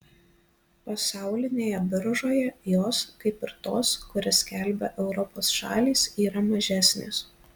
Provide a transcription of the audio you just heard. pasaulinėje biržoje jos kaip ir tos kurias skelbia europos šalys yra mažesnės